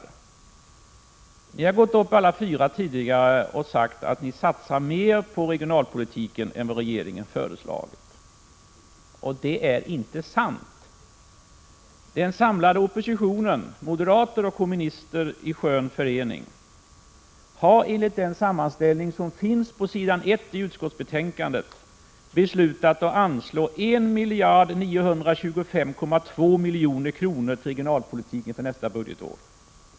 Ni har tidigare gått upp, alla fyra, och sagt att ni satsar mer på regionalpolitiken än vad regeringen har föreslagit, och det är inte sant. Den samlade oppositionen, moderater och kommunister i skön förening, har enligt den sammanställning som finns på s. 1i betänkandet beslutat anslå 1 925,2 milj.kr. till regionalpolitiken för nästa budgetår.